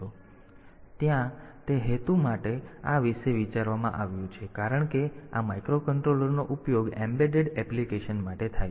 તેથી ત્યાં તે હેતુ માટે આ વિશે વિચારવામાં આવ્યું છે અને કારણ કે આ માઇક્રોકન્ટ્રોલરનો ઉપયોગ એમ્બેડેડ એપ્લિકેશન માટે થાય છે